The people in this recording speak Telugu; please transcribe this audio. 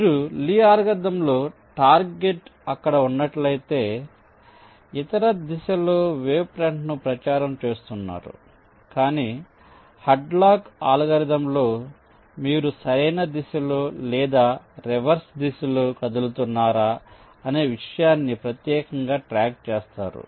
మీరు లీ అల్గోరిథంలో టార్గెట్ అక్కడ ఉన్నట్లయితే ఇతర దిశలో వేవ్ ఫ్రంట్ను ప్రచారం చేస్తున్నారు కానీ హాడ్లాక్ అల్గోరిథంలో మీరు సరైన దిశలో లేదా రివర్స్ దిశలో కదులుతున్నారా అనే విషయాన్ని ప్రత్యేకంగా ట్రాక్ చేస్తారు